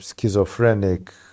schizophrenic